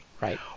Right